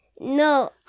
No